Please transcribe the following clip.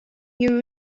you